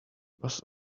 bus